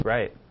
Right